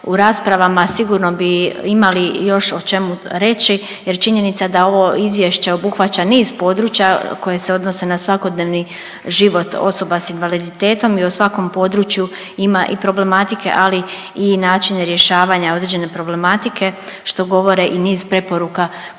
u raspravama sigurno bi imali još o čemu reći jer činjenica je da ovo izvješće obuhvaća niz područja koje se odnose na svakodnevni život osoba s invaliditetom i u svakom području ima i problematike, ali i načina rješavanja određene problematike, što govore i niz preporuka koje